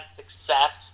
success